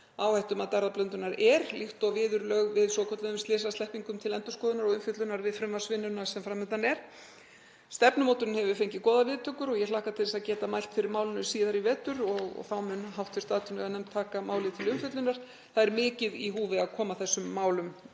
Áhættumat erfðablöndunar er, líkt og viðurlög við svokölluðum slysasleppingum, til endurskoðunar og umfjöllunar við frumvarpsvinnuna sem fram undan er. Stefnumótunin hefur fengið góðar viðtökur. Ég hlakka til að geta mælt fyrir málinu síðar í vetur og þá mun hv. atvinnuveganefnd taka málið til umfjöllunar. Það er mikið í húfi að koma þessum málum